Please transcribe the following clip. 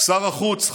שר החוץ,